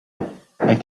think